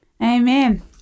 Amen